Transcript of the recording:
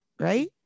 Right